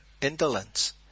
indolence